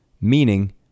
meaning